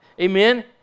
Amen